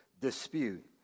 dispute